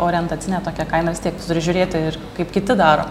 orientacinė tokia kaina vis tiek tu turi žiūrėti ir kaip kiti daro